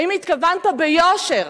האם התכוונת ביושר